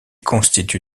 constitue